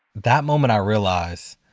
that moment i realize,